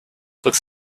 looks